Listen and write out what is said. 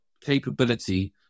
capability